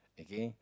again